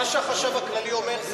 מה שהחשב הכללי אומר,